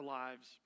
lives